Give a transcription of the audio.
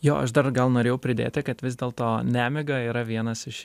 jo aš dar gal norėjau pridėti kad vis dėlto nemiga yra vienas iš